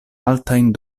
altajn